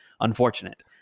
unfortunate